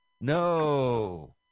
No